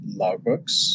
logbooks